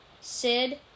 Sid